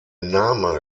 name